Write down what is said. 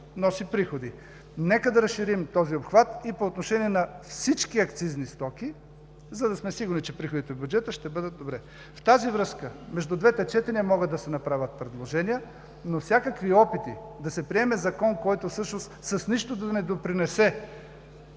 носи приходи. Нека да разширим този обхват и по отношение на всички акцизни стоки, за да сме сигурни, че приходите в бюджета ще бъдат добри. В тази връзка между двете четения могат да се направят предложения, но всякакви опити да се приеме закон, който всъщност с нищо да не допринесе